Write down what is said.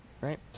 right